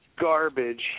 Garbage